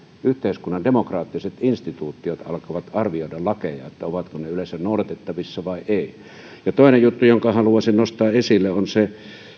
yhteiskunnan demokraattiset instituutiot alkavat arvioida lakeja ovatko ne yleensä noudatettavissa vai ei toinen juttu jonka haluaisin nostaa esille on se